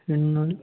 ரெண்டு நாள்